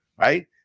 Right